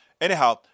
Anyhow